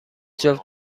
جفت